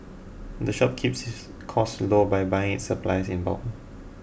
the shop keeps its costs low by buying its supplies in bulk